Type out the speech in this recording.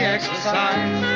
exercise